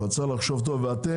אבל צריך לחשוב טוב ואתם,